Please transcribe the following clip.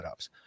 setups